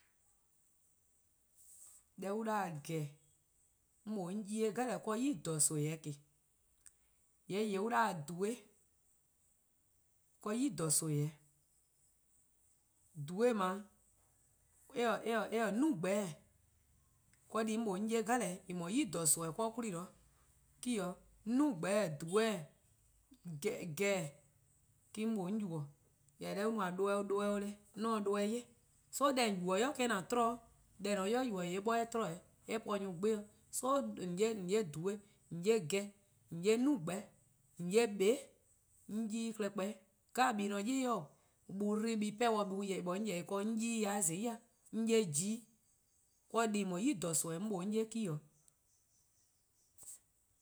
Deh an 'da-dih-a :gehn, 'mor mlor 'on 'ye-eh eh no nimi-klaba' :ke. :yee' :yeh 'an 'da-dih :dhui' nimi :klaba' 'o, :dhui' :dao' eh :ne 'nimeh, deh+ 'mor mlor 'on 'ye-a en no nimi :klaba+ 'de 'kwla me 'o 'nemeh-:, :dhui'-; gehn-: me-: 'mor :mlor 'on yubo:. Jorwor: deh :daa 'an no-a doeh 'o doeh 'o deh 'on se-' doeh 'ye. So deh :on yubo-a 'i eh-: :a tmo, deh :on se-a 'i yubo: :yee' 'bor :an tmo-eh eh tmo-dih nyor 'sih. So :on 'ye :dhui', :on 'ye gehn, :on'ye 'nimeh, :on 'ye :bee', 'on 'ye-ih klehkpeh, en :ne 'yli-: on 'dba en 'pehn 'on :yeh ye-ih ya-dih weh :zai'. 'On 'ye ji 'weh, deh :en no-a nimi :klaba'+ "mor mlor 'on 'ye-a me-: 'o.